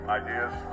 ideas